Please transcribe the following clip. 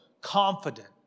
confident